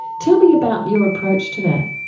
ah tell me about your approach to that.